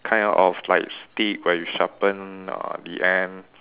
kind of like stick where you sharpen uh the end